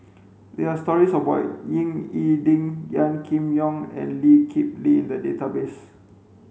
there are stories about Ying E Ding Gan Kim Yong and Lee Kip Lee in the database